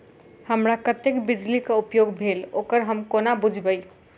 हमरा कत्तेक बिजली कऽ उपयोग भेल ओकर हम कोना बुझबै?